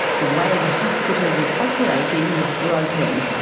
the way the hospital was operating was broken,